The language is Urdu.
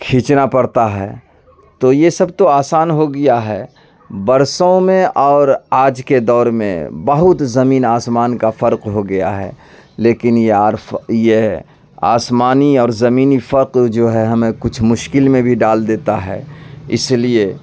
کھینچنا پڑتا ہے تو یہ سب تو آسان ہو گیا ہے برسوں میں اور آج کے دور میں بہت زمین آسمان کا فرق ہو گیا ہے لیکن یہ یہ آسمانی اور زمینی فرق جو ہے ہمیں کچھ مشکل میں بھی ڈال دیتا ہے اس لیے